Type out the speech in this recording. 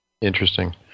Interesting